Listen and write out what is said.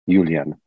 Julian